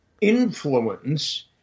influence